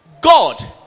God